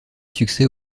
succès